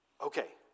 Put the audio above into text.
Okay